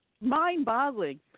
mind-boggling